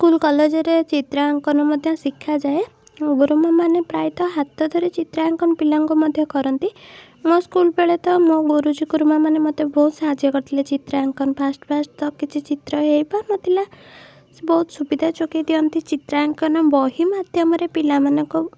school କଲେଜରେ ଚିତ୍ରାଙ୍କନ ମଧ୍ୟ ଶିଖାଯାଏ ଗୁରୁମାମାନେ ପ୍ରାୟତଃ ହାତ ଧରି ଚିତ୍ରାଙ୍କନ ପିଲାଙ୍କୁ ମଧ୍ୟ କରନ୍ତି ମୋ ସ୍କୁଲ୍ ବେଳେ ତ ମୋ ଗୁରୁଜୀ ଗୁରୁମାମାନେ ମୋତେ ବହୁତ ସାହାଯ୍ୟ କରିଥିଲେ ଚିତ୍ରାଙ୍କନ ଫାଷ୍ଟ୍ ଫାଷ୍ଟ୍ ତ କିଛି ଚିତ୍ର ହେଇପାରୁନଥିଲା ସେ ବହୁତ ସୁବିଧା ଯୋଗେଇ ଦିଅନ୍ତି ଚିତ୍ରାଙ୍କନ ବହି ମାଧ୍ୟମରେ ପିଲାମାନଙ୍କୁ